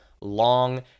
long